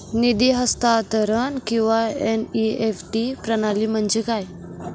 निधी हस्तांतरण किंवा एन.ई.एफ.टी प्रणाली म्हणजे काय?